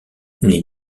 les